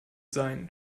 sein